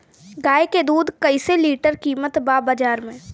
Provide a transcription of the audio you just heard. गाय के दूध कइसे लीटर कीमत बा बाज़ार मे?